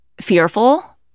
fearful